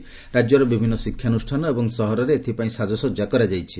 ରାକ୍ୟର ବିଭିନ୍ଦ ଶିକ୍ଷାନୁଷ୍ଠାନ ଏବଂ ସହରରେ ଏଥିପାଇଁ ସାକସଜା କରାଯାଇଛି